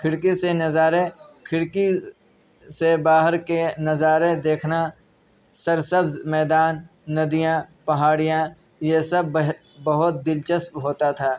کھرکی سے نظارے کھڑکی سے باہر کے نظارے دیکھنا سرسبز میدان ندیاں پہاڑیاں یہ سب بہہ بہت دلچسپ ہوتا تھا